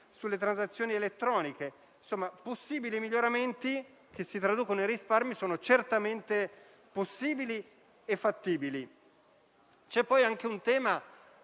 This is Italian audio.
sulle transazioni elettroniche. I miglioramenti, che si traducono in risparmi, sono certamente possibili e fattibili. C'è anche il tema